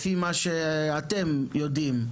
ממה שאתם יודעים,